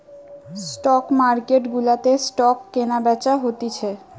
stock market গুলাতে stock কেনা বেচা হতিছে